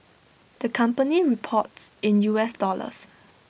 the company reports in U S dollars